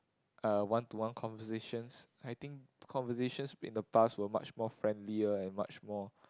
uh one to one conversations I think conversations in the past were much more friendlier and much more